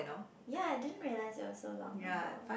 ya I didn't realise it was so long ago